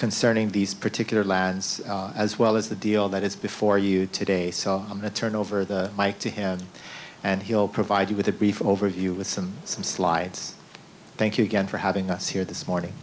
concerning these particular lands as well as the deal that is before you today saw on the turn over the mike to him and he'll provide you with a brief overview with some some slides thank you again for having us here this morning